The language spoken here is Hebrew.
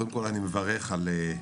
קודם כל אני מברך על מה